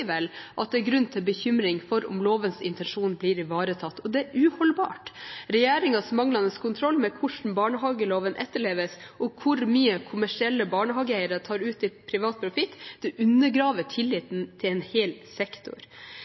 er grunn til bekymring for om lovens intensjoner blir ivaretatt. Det er uholdbart. Regjeringens manglende kontroll med hvordan barnehageloven etterleves, og hvor mye kommersielle barnehageeiere tar ut i privat profitt, undergraver tilliten til en hel sektor.